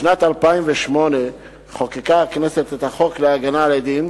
בשנת 2008 חוקקה הכנסת את החוק להגנה על עדים,